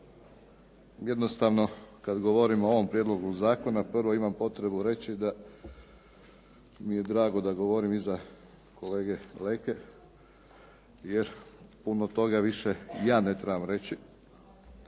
Jednostavno, kad govorimo o ovom prijedlogu zakona prvo imam potrebu reći da mi je drago da govorim iza kolege Leke, jer puno toga ja više ne trebam reći.